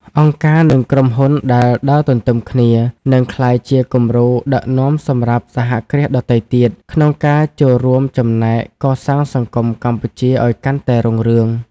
អង្គការ និងក្រុមហ៊ុនដែលដើរទន្ទឹមគ្នា នឹងក្លាយជាគំរូដឹកនាំសម្រាប់សហគ្រាសដទៃទៀត ក្នុងការចូលរួមចំណែកកសាងសង្គមកម្ពុជាឱ្យកាន់តែរុងរឿង។